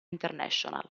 international